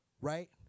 right